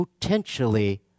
potentially